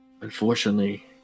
Unfortunately